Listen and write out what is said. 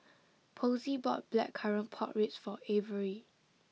Posey bought Blackcurrant Pork Ribs for Averi